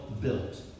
built